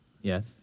Yes